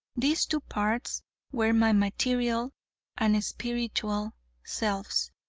these two parts were my material and spiritual selves,